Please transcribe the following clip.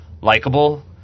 likable